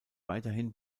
weiterhin